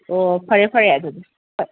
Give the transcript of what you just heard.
ꯑꯣ ꯐꯔꯦ ꯐꯔꯦ ꯑꯗꯨꯗꯤ